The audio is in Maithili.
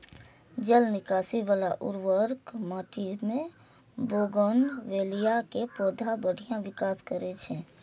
जल निकासी बला उर्वर माटि मे बोगनवेलिया के पौधा बढ़िया विकास करै छै